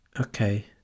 okay